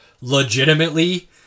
legitimately